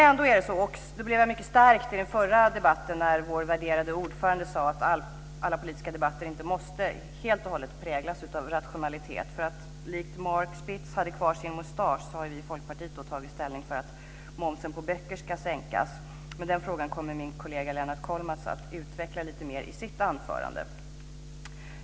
Jag blev mycket stärkt i den förra debatten när vår värderade ordförande sade att alla politiska debatter inte helt och hållet måste präglas av rationalitet. Likt Mark Spitz hade kvar sin mustasch har ju vi i Folkpartiet tagit ställning för att momsen på böcker ska sänkas. Men den frågan kommer min kollega Lennart Kollmats att utveckla lite mer i sitt anförande.